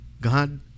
God